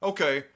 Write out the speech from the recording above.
Okay